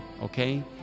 okay